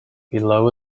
below